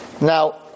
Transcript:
Now